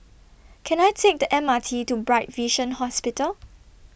Can I Take The M R T to Bright Vision Hospital